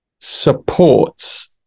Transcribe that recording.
supports